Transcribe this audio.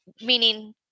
meaning